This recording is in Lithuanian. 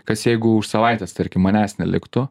kas jeigu už savaitės tarkim manęs neliktų